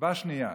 סיבה שנייה,